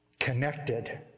connected